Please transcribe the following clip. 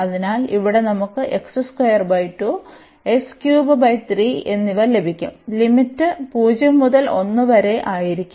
അതിനാൽ ഇവിടെ നമുക്ക് എന്നിവ ലഭിക്കും ലിമിറ്റ് 0 മുതൽ 1 വരെ ആയിരിക്കും